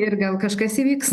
ir gal kažkas įvyks